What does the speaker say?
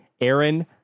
Aaron